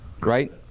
right